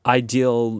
ideal